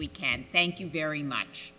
we can thank you very much